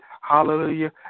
hallelujah